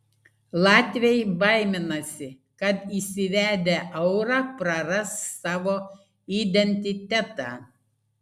latviai baiminasi kad įsivedę eurą praras savo identitetą